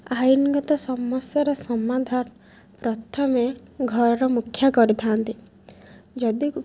ଆଇନଗତ ସମସ୍ୟାର ସମାଧାନ ପ୍ରଥମେ ଘରର ମୁଖିଆ କରିଥାନ୍ତି ଯଦି